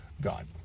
God